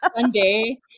Sunday